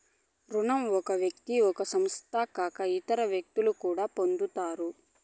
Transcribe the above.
రుణం ఒక వ్యక్తి ఒక సంస్థ కాక ఇతర వ్యక్తులు కూడా పొందుతారు